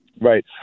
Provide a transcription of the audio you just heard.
right